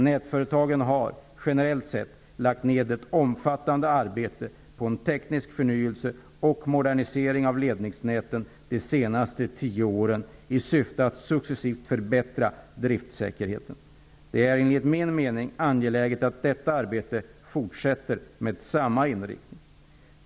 Nätföretagen har, generellt sett, lagt ned ett omfattande arbete på en teknisk förnyelse och modernisering av ledningsnäten de senaste tio åren i syfte att successivt förbättra driftsäkerheten. Det är enligt min mening angeläget att detta arbete fortsätter med samma inriktning.